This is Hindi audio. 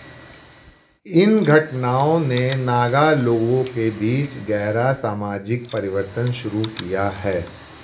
इन घटनाओं ने नागा लोगों के बीच गहरा समाजिक परिवर्तन शुरू किया है